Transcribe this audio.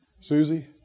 Susie